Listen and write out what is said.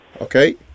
Okay